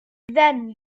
then